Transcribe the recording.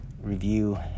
review